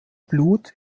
blut